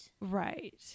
Right